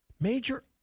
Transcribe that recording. major